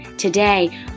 Today